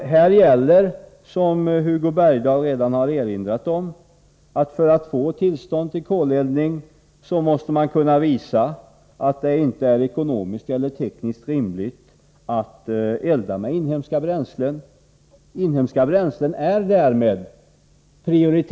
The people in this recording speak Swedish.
Här gäller, som Hugo Bergdahl redan har erinrat om, att man för att få tillstånd till koleldning måste kunna visa att det inte är ekonomiskt eller tekniskt rimligt att elda med inhemska bränslen.